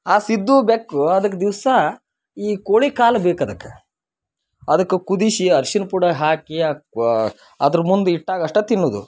ಆ ಸಿದ್ದು ಬೆಕ್ಕು ಅದಕ್ಕೆ ದಿವಸ ಈ ಕೋಳಿ ಕಾಲು ಬೇಕು ಅದಕ್ಕೆ ಅದಕ್ಕೆ ಕುದಿಸಿ ಅರ್ಶಿನ ಪುಡ್ಯಾಗ ಹಾಕಿ ಅದ್ರ ಮುಂದೆ ಇಟ್ಟಾಗ ಅಷ್ಟೇ ತಿನ್ನೋದು